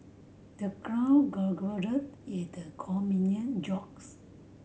the crowd at the comedian jokes